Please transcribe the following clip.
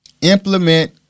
Implement